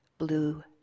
blue